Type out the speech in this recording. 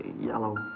yellow